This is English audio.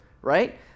right